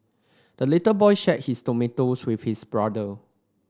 the little boy shared his tomatoes with his brother